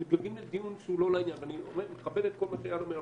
אני מכבד את כל מה שאיל אומר,